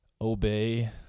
Obey